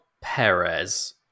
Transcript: Perez